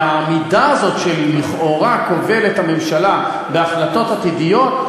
העמידה הזאת שלכאורה הוא כובל את הממשלה בהחלטות עתידיות,